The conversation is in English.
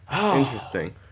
Interesting